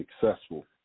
successful